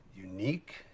unique